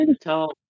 tell